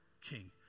King